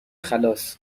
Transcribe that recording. خلاص